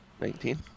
Nineteen